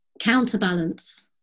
counterbalance